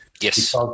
yes